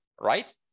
right